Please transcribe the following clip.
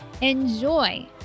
Enjoy